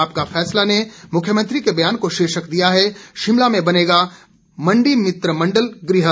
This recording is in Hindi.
आपका फैसला ने मुख्यमंत्री के बयान को शीर्षक दिया है शिमला में बनेगा मंडी मित्र मंडल गृह